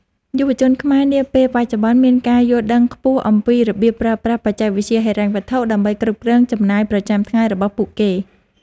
យុវជនខ្មែរនាពេលបច្ចុប្បន្នមានការយល់ដឹងខ្ពស់អំពីរបៀបប្រើប្រាស់បច្ចេកវិទ្យាហិរញ្ញវត្ថុ ដើម្បីគ្រប់គ្រងចំណាយប្រចាំថ្ងៃរបស់ពួកគេ។